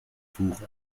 tuch